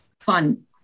fun